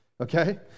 okay